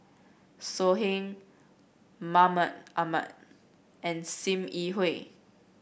So Heng Mahmud Ahmad and Sim Yi Hui